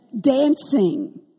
Dancing